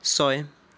ছয়